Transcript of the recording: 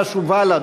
חד"ש ובל"ד.